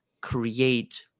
create